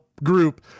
Group